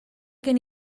gen